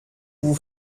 vous